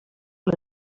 les